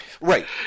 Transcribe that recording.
Right